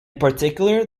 particular